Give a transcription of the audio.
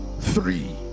three